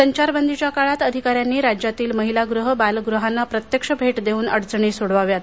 संचारबंदीच्या काळात अधिकाऱ्यांनी राज्यातील महिलागृहं बालगृहांना प्रत्यक्ष भेट देऊन अडचणी सोडवाव्यात